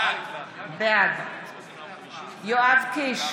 בעד יואב קיש,